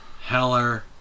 heller